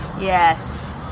Yes